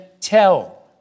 tell